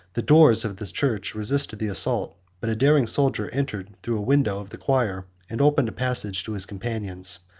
the doors of the church resisted the assault but a daring soldier entered through a window of the choir, and opened a passage to his companions.